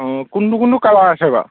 অঁ কোনটো কোনটো কালাৰ আছে বাাৰু